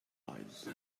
lies